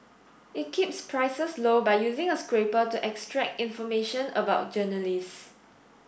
it keeps prices low by using a scraper to extract information about journalists